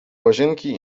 łazienki